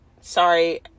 sorry